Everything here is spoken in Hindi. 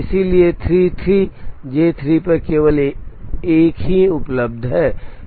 इसलिए 33 J 3 पर केवल 1 ही उपलब्ध है